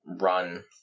run